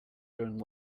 during